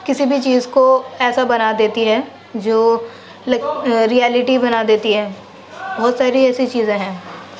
کسی بھی چیز کو ایسا بنا دیتی ہے جو ریئلٹی بنا دیتی ہے بہت ساری ایسی چیزیں ہیں